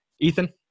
Ethan